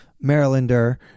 Marylander